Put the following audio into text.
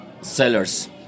sellers